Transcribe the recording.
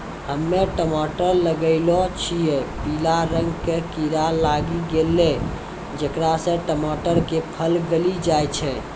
हम्मे टमाटर लगैलो छियै पीला रंग के कीड़ा लागी गैलै जेकरा से टमाटर के फल गली जाय छै?